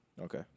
Okay